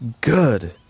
good